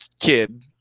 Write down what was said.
kid